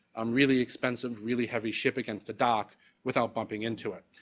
um really expensive, really heavy ship against the dock without bumping into it.